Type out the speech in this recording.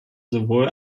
sowohl